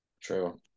True